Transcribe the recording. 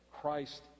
Christ